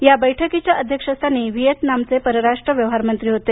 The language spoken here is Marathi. या बैठकीच्या अध्यक्षस्थानी व्हिएतनामचे पराराष्ट्र व्यवहारमंत्री होते